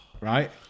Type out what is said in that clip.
right